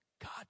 God